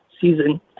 season